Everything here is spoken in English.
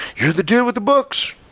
you're the dude with the books,